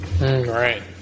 right